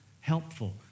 helpful